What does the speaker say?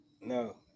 No